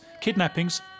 kidnappings